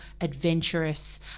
adventurous